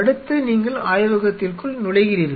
அடுத்து நீங்கள் ஆய்வகத்திற்குள் நுழைகிறீர்கள்